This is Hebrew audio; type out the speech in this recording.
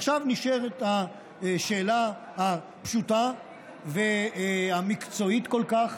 עכשיו נשאלת השאלה הפשוטה והמקצועית כל כך